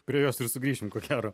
prie jos ir sugrįšim ko gero